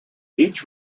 each